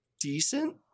decent